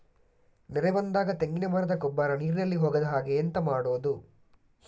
ನೆರೆ ಬಂದಾಗ ತೆಂಗಿನ ಮರದ ಗೊಬ್ಬರ ನೀರಿನಲ್ಲಿ ಹೋಗದ ಹಾಗೆ ಎಂತ ಮಾಡೋದು?